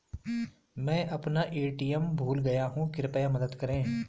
मैं अपना ए.टी.एम भूल गया हूँ, कृपया मदद करें